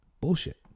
Bullshit